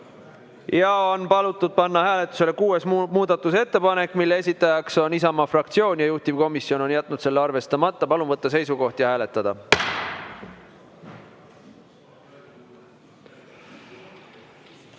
On palutud panna hääletusele kuues muudatusettepanek, mille esitaja on Isamaa fraktsioon ja juhtivkomisjon on jätnud selle arvestamata. Palun võtta seisukoht ja hääletada!